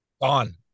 Gone